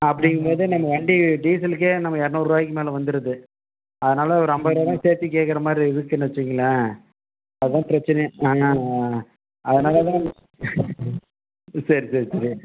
அப்படிங்கும் போது நம்ம வண்டி டீசலுக்கே நம்ம எரநூறுரூவாய்க்கு மேலே வந்துடுது அதனால் ஒரு ஐம்பதுரூவா தான் சேர்த்து கேட்கிற மாதிரி இருக்குதுன்னு வச்சிகோங்களேன் அதுதான் பிரச்சனையே நாங்கள் அதனால் தான் சரி சரி சரி